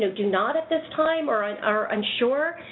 do do not at this time or and are unsure,